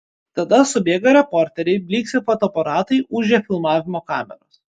tada subėga reporteriai blyksi fotoaparatai ūžia filmavimo kameros